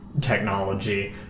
technology